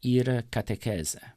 yra katechezę